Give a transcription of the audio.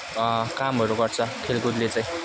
कामहरू गर्छ खेलकुदले चाहिँ